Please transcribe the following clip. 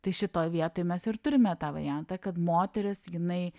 tai šitoj vietoj mes ir turime tą variantą kad moteris jinai